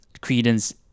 Credence